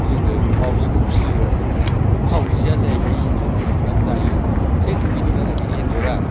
जोङो मावजिखौ फियो आरो मावजिया जाहैबाय एनजरखौ हमनानै जायो थिग बिनि थाखायनो एनजरा